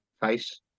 face